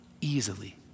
Easily